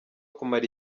kumara